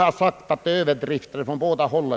Det är fråga om Ööverdrifter från båda håll.